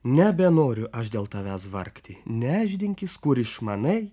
nebenoriu aš dėl tavęs vargti nešdinkis kur išmanai